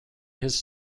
his